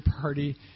party